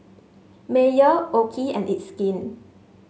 Mayer OKI and It's Skin